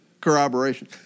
corroboration